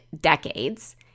decades